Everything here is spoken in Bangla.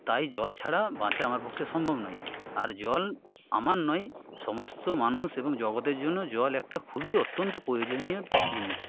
তাই জল ছাড়া বাঁচা আমার পক্ষে সম্ভব নয় আর জল আমার নয় সমস্ত মানুষ এবং জগতের জন্য জল একটা খুবই অত্যন্ত প্রয়োজনীয় জিনিস